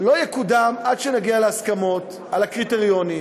לא יקודם עד שנגיע להסכמות על הקריטריונים,